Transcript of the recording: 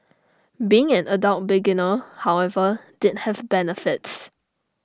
being an adult beginner however did have benefits